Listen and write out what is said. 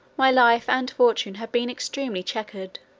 my life and fortune have been extremely chequered,